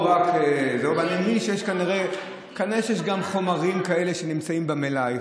אני מבין שכנראה יש גם חומרים כאלה שנמצאים במלאי,